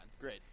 great